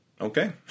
okay